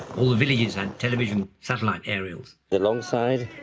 all the villages, and television satellite aerials. the long side,